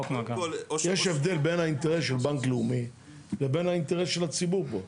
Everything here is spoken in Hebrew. יש הבדל בין האינטרס של בנק לאומי לבין האינטרס של הציבור פה.